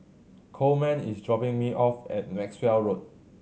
Coleman is dropping me off at Maxwell Road